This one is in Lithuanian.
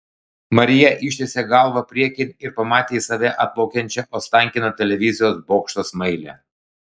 marija ištiesė galvą priekin ir pamatė į save atplaukiančią ostankino televizijos bokšto smailę